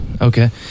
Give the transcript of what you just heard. Okay